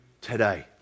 today